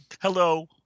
hello